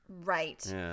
Right